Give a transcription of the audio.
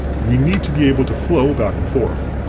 we need to be able to flow back and forth.